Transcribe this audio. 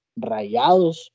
rayados